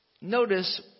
Notice